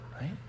Right